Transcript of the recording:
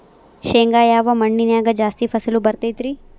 ಶೇಂಗಾ ಯಾವ ಮಣ್ಣಿನ್ಯಾಗ ಜಾಸ್ತಿ ಫಸಲು ಬರತೈತ್ರಿ?